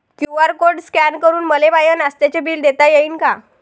QR code scan करून मले माय नास्त्याच बिल देता येईन का?